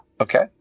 Okay